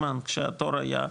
כשהתור היה,